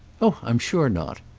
oh i'm sure not.